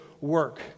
work